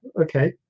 okay